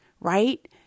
right